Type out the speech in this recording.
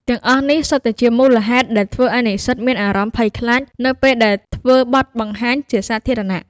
ទាំងអស់នេះសុទ្ធតែជាមូលហេតុដែលធ្វើឱ្យនិស្សិតមានអារម្មណ៍ភ័យខ្លាចនៅពេលត្រូវធ្វើបទបង្ហាញជាសាធារណៈ។